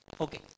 Okay